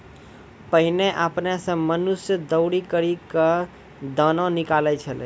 पहिने आपने सें मनुष्य दौरी करि क दाना निकालै छलै